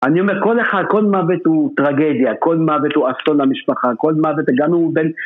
אני אומר, כל אחד, כל מוות הוא טרגדיה, כל מוות הוא אסון למשפחה, כל מוות גם אם הוא בן...